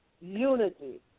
unity